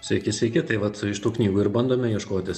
sveiki sveiki tai vat iš tų knygų ir bandome ieškotis